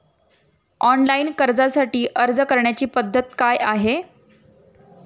Online कर्जासाठी अर्ज करण्याची पद्धत काय आहे?